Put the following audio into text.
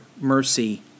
mercy